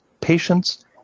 patients